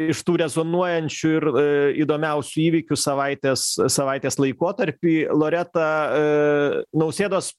iš tų rezonuojančių ir įdomiausių įvykių savaitės savaitės laikotarpiui loreta nausėdos